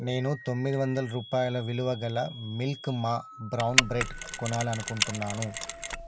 నేను తొమ్మిది వందల రూపాయల విలువ గల మిల్క్ మా బ్రౌన్ బ్రెడ్ కొనాలనుకుంటున్నాను